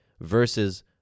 versus